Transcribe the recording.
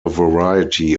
variety